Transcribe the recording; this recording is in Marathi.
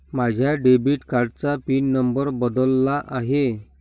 माझ्या डेबिट कार्डाचा पिन नंबर बदलला आहे